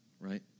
right